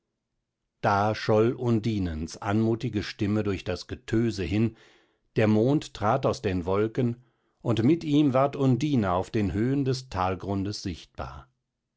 da scholl undinens anmutige stimme durch das getöse hin der mond trat aus den wolken und mit ihm ward undine auf den höhen des talgrundes sichtbar